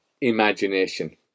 imagination